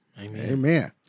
Amen